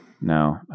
No